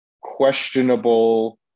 questionable